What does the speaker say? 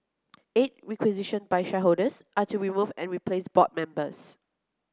eight requisitioned by shareholders are to remove and replace board members